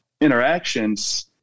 interactions